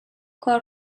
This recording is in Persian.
کار